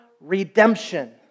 redemption